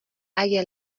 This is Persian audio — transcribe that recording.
اگه